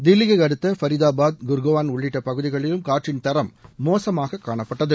தில்லியை அடுத்த ஃபரிதாபாத் குர்காள் உள்ளிட்ட பகுதிகளிலும் காற்றின் தரம் மோசமாக காணப்பட்டது